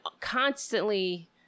constantly